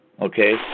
okay